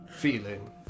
feeling